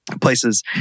places